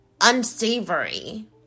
unsavory